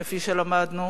כפי שלמדנו,